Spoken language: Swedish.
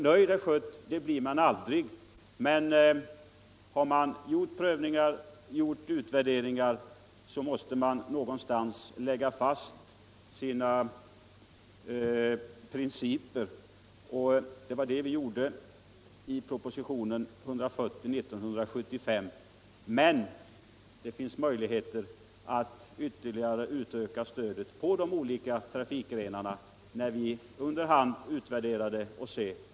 Nöjd blir man aldrig, herr Schött, men har man gjort utvärderingar så måste man någonstans lägga fast sina principer. Det var vad som skedde i propositionen 1974:140, men det finns möjligheter att ytterligare utöka stödet på de olika trafikgrenarna, när vi under hand utvärderar erfarenheterna.